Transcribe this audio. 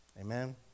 Amen